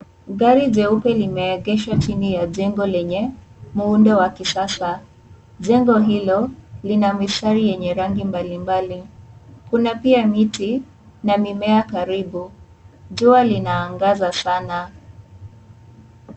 Gari jeupe limeegeshwa chini ya jengo lenye muundo wa kisasa. Jengo hilo, lina mistari yenye rangi mbalimbali. Kuna pia miti na mimea karibu. Jua linaangaza sana.